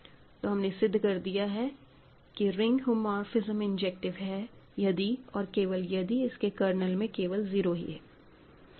तो हमने सिद्ध कर दिया है कि रिंग होमोमोर्फिसम इंजेक्टिव है यदि और केवल यदि इसके कर्नल में केवल 0 ही है